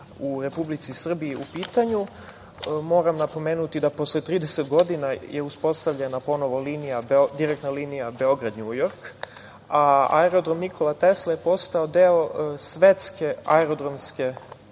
u Republici Srbiji u pitanju, moram napomenuti da posle 30 godina je uspostavljena ponovo direktna linija Beograd – Njujork, a aerodrom „Nikola Tesla“ je postao deo svetske aerodromske